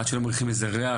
עד שלא מריחים איזה ריח,